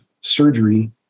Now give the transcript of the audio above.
surgery